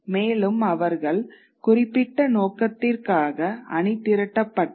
மேலும் அவர்கள் குறிப்பிட்ட நோக்கத்திற்காக அணிதிரட்டப்பட்டனர்